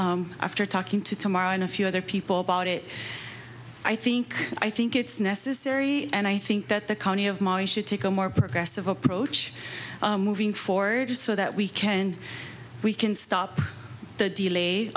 it after talking to tomorrow and a few other people about it i think i think it's necessary and i think that the county of mali should take a more progressive approach moving forward so that we can we can stop the de lay